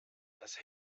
das